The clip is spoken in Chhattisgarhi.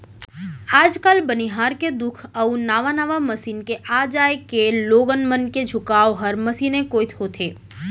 आज काल बनिहार के दुख अउ नावा नावा मसीन के आ जाए के लोगन मन के झुकाव हर मसीने कोइत होथे